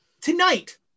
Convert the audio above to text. Tonight